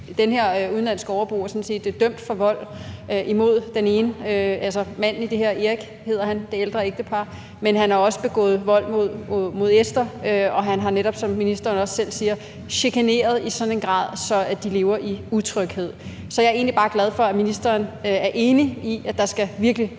Den her udenlandske overbo er sådan set dømt for vold imod manden i det ældre ægtepar i den her sag, Erik hedder han, men han har også begået vold mod Esther, og han har netop, som ministeren også selv siger, chikaneret i sådan en grad, at de lever i utryghed. Så jeg er egentlig bare glad for, at ministeren er enig i, at der virkelig